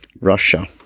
Russia